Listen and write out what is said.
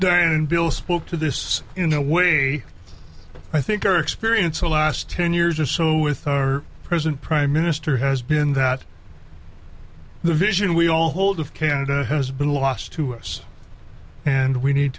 during bill spoke to this in a way i think our experience the last ten years or so with our present prime minister has been that the vision we all hold of canada has been lost to us and we need